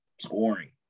scoring